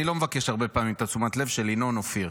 אני לא מבקש הרבה פעמים את תשומת הלב של ינון ואופיר,